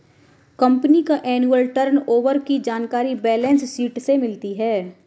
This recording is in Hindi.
कंपनी का एनुअल टर्नओवर की जानकारी बैलेंस शीट से मिलती है